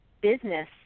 business